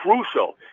crucial